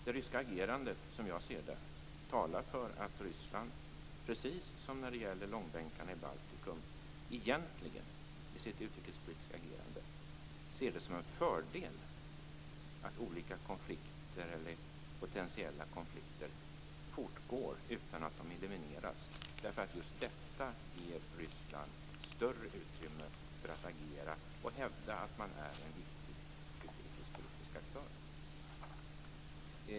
Det ryska agerandet, som jag ser det, talar för att Ryssland, precis som när det gäller långbänkarna i Baltikum, i sitt utrikespolitiska agerande egentligen ser det som en fördel att olika potentiella konflikter fortgår utan att de elimineras, därför att just detta ger Ryssland större utrymme för att agera och hävda att man är en viktig utrikespolitisk aktör.